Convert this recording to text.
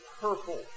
purple